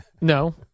No